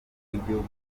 w’igihugu